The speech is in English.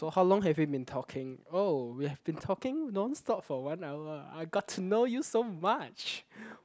so how long have we been talking oh we have been talking non stop for one hour I got to know you so much